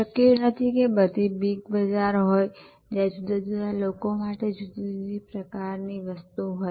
શક્ય નથી કે બધી બિગ બઝાર હોય જ્યાં જુદા જુદા લોકા માટે જુદી જુદી પ્રકાર ની વસ્તુ હોય